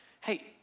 Hey